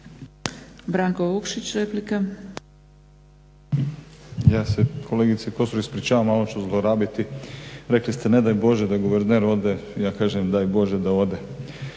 Stranka rada)** Ja se kolegice Kosor ispričavam malo ću zlorabiti, rekli ste ne daj Bože da guverner ode, ja kažem daj Bože da ode